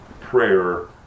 prayer